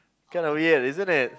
kind of weird isn't it